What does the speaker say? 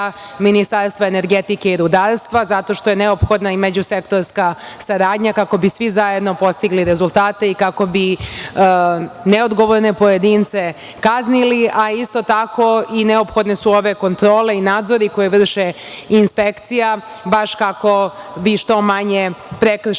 Ministarstva energetike i rudarstva zato što je neophodna i međusektorska saradnja kako bi svi zajedno postigli rezultate i kako bi neodgovorne pojedince kaznili. Isto tako, neophodne su ove kontrole i nadzori koje vrši inspekcija baš kako bi što manje prekršaja